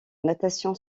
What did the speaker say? natation